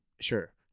Sure